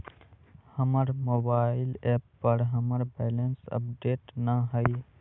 हमर mobile app पर हमर बैलेंस अपडेट न हई